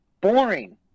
Boring